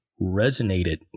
resonated